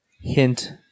hint